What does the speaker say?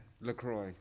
Lacroix